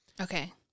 Okay